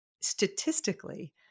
statistically